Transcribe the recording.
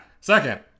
Second